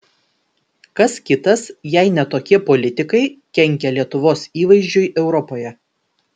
kas kitas jei ne tokie politikai kenkia lietuvos įvaizdžiui europoje